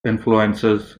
influences